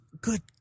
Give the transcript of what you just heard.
Good